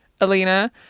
Alina